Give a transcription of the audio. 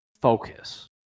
focus